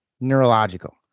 neurological